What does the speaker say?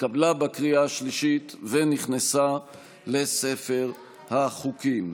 התקבלה בקריאה השלישית ונכנסה לספר החוקים.